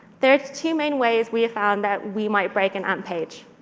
there are two main ways we have found that we might break an amp page.